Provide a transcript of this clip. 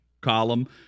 column